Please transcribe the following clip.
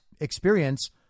experience